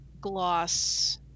gloss